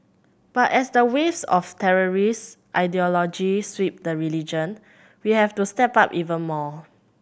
but as the waves of terrorist ideology sweep the religion we have to step up even more